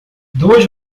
duas